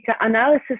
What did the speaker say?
analysis